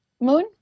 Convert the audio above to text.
Moon